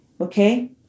Okay